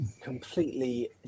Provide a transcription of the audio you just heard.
completely